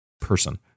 person